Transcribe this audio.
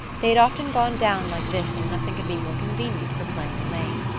they had often gone down like this and nothing could be more convenient for playing elaine.